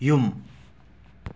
ꯌꯨꯝ